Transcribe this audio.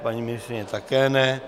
Paní ministryně také ne.